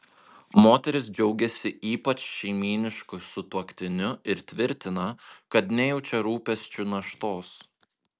moteris džiaugiasi ypač šeimynišku sutuoktiniu ir tvirtina kad nejaučia rūpesčių naštos